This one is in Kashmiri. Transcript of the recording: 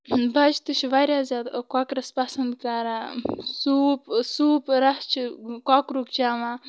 بَچہٕ تہِ چھِ واریاہ زیادٕ کۄکرَس پسنٛد کران سوٗپ سوٗپ رَس چھِ کۄکُرُک چیٚوان